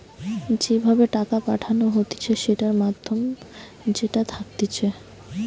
যে ভাবে টাকা পাঠানো হতিছে সেটার মাধ্যম যেটা থাকতিছে